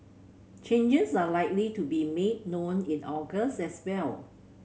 changes are likely to be made known in August as well